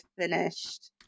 finished –